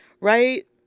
right